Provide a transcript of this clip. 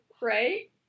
right